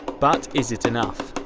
but is it enough?